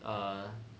err